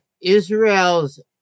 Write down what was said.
Israel's